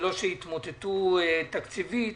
ולא יתמוטטו תקציבית,